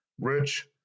Rich